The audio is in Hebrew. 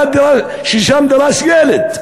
עד ששם נדרס ילד,